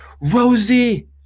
rosie